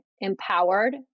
empowered